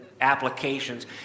applications